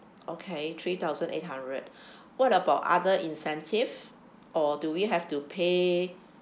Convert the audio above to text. okay three thousand eight hundred what about other incentive or do we have to pay